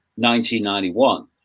1991